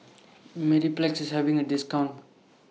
Mepilex IS having A discount